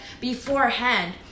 beforehand